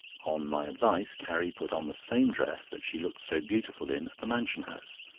on my advice, carrie put on the same dress that she looked so beautiful in at the mansion house,